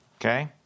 Okay